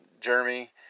Jeremy